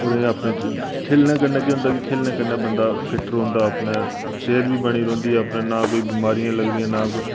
ते अपने खेलने कन्नै केह् होंदा कि खेलने कन्नै बंदा फिट रौंहदा अपनै सेह्त बी बनी दी रौंह्दी ना कोई बमारियां लगदियां ना कोई